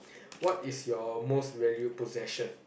what is your most valued possession